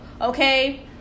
okay